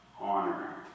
honor